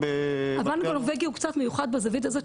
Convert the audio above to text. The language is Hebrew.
הבנק הנורבגי הוא קצת מיוחד בזווית הזאת